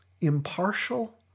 impartial